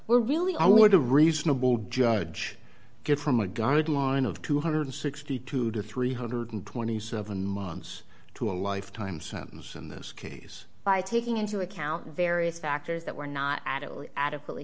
were really i would a reasonable judge get from a guideline of two hundred and sixty two two thousand three hundred and twenty seven months to a lifetime sentence in this case by taking into account various factors that were not adequately adequately